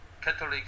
Catholic